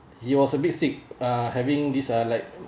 he was a bit sick uh having these uh like